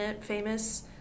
Famous